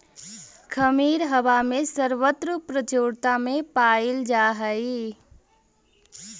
खमीर हवा में सर्वत्र प्रचुरता में पायल जा हई